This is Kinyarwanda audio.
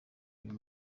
uyu